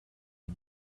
the